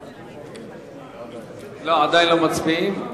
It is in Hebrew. לא, עדיין לא מצביעים.